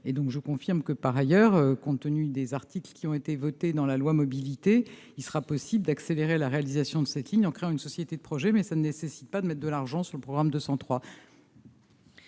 je confirme que par ailleurs, compte tenu des articles qui ont été votés dans la loi mobilité, il sera possible d'accélérer la réalisation de cette ligne, en créant une société de projet, mais ça ne nécessite pas de maître de l'argent sur le programme de